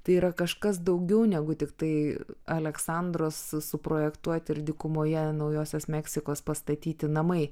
tai yra kažkas daugiau negu tiktai aleksandros suprojektuoti ir dykumoje naujosios meksikos pastatyti namai